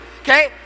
okay